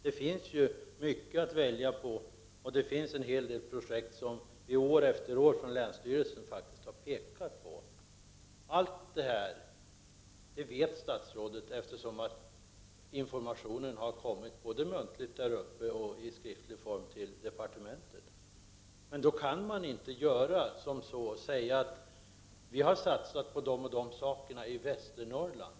Det finns mycket att välja på, och vi har från länsstyrelsen faktiskt år efter år pekat på en hel del projekt. Allt detta vet statsrådet. Information har lämnats både muntligt där uppe och i skriftlig form till departementet. Det räcker dock inte med att säga att man har satsat på olika projekt i Västernorrland.